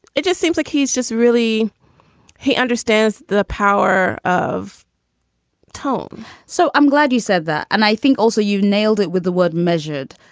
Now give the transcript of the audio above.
it just seems like he's just really he understands the power of tone so i'm glad you said that. and i think also you nailed it with the word measured,